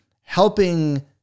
helping